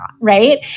right